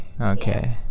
okay